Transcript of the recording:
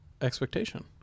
Expectation